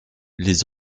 les